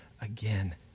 again